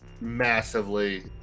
massively